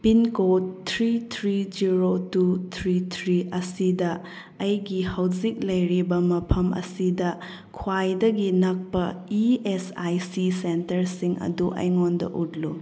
pin code three three zero two three three ꯑꯁꯤꯗ ꯑꯩꯒꯤ ꯍꯧꯖꯤꯛ ꯂꯩꯔꯤꯕ ꯃꯐꯝ ꯑꯁꯤꯗ ꯈ꯭ꯋꯥꯏꯗꯒꯤ ꯅꯛꯄ ꯏ ꯑꯦꯁ ꯑꯥꯏ ꯁꯤ ꯁꯦꯟꯇꯔꯁꯤꯡ ꯑꯗꯨ ꯑꯩꯉꯣꯟꯗ ꯎꯠꯂꯨ